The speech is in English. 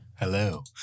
Hello